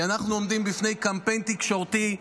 כי אנחנו עומדים בפני קמפיין תקשורתי,